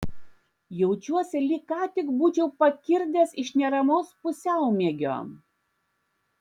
jaučiuosi lyg ką tik būčiau pakirdęs iš neramaus pusiaumiegio